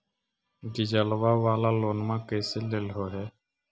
डीजलवा वाला लोनवा कैसे लेलहो हे?